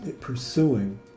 pursuing